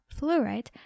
fluorite